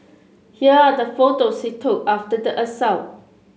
here are the photos he took after the assault